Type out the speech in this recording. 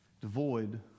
devoid